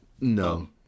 No